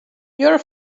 your